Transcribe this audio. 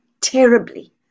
terribly